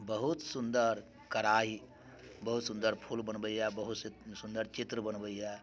बहुत सुंदर कढ़ाइ बहुत सुंदर फूल बनबैया बहुत सुंदर चित्र बनबैया